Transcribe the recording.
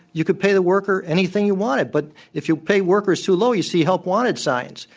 you could pay the worker anything you wanted. but if you pay workers too low, you see elp wanted signs.